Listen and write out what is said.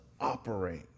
operate